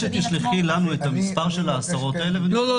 שתשלחי לנו את עשרות המקרים האלה --- לא,